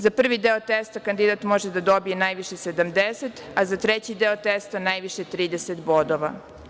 Za prvi deo testa kandidat može da dobije najviše 70, a za treći deo testa najviše 30 bodova.